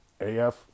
AF